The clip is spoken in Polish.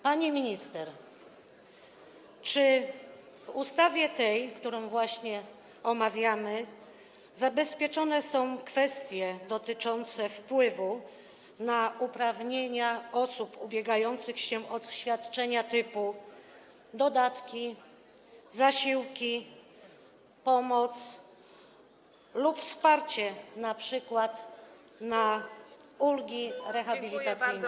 Pani minister, czy w tej ustawie, którą właśnie omawiamy, zabezpieczone są kwestie dotyczące wpływu na uprawnienia osób ubiegających się o świadczenia typu dodatki, zasiłki, pomoc, lub wsparcie, np. na ulgi rehabilitacyjne?